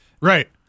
Right